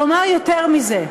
אומר יותר מזה: